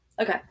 Okay